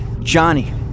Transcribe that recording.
Johnny